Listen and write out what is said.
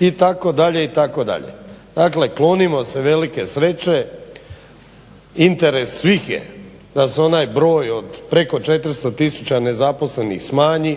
itd., itd. Dakle klonimo se velike sreće. Interes svih je da se onaj broj od preko 400 tisuća nezaposlenih smanji,